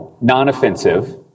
non-offensive